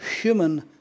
human